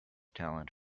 talent